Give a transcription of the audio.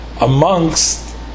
amongst